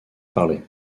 parler